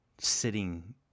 sitting